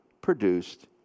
produced